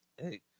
Hey